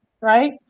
right